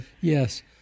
Yes